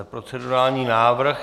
Procedurální návrh.